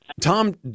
Tom